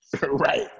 Right